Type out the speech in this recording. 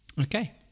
Okay